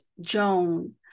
Joan